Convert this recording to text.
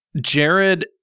Jared